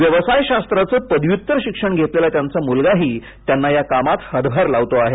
व्यवसायशास्त्राचं पदव्य्तर शिक्षण घेतलेला त्यांचा म्लगाही त्यांना या कामात हातभार लावतो आहे